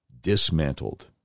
Dismantled